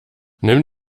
nimm